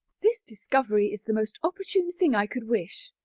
this discovery is the most opportune thing i could wish.